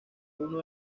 uno